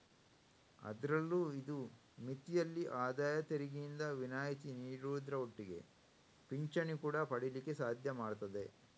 ಅದ್ರಲ್ಲೂ ಇದು ಮಿತಿಯಲ್ಲಿ ಆದಾಯ ತೆರಿಗೆಯಿಂದ ವಿನಾಯಿತಿ ನೀಡುದ್ರ ಒಟ್ಟಿಗೆ ಪಿಂಚಣಿ ಕೂಡಾ ಪಡೀಲಿಕ್ಕೆ ಸಾಧ್ಯ ಮಾಡ್ತದೆ